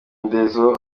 indezo